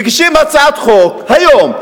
מגישים הצעת חוק היום,